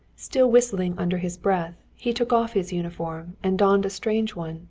still whistling under his breath, he took off his uniform and donned a strange one,